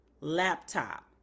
laptop